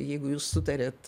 jeigu jūs sutarėt